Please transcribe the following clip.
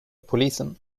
polisen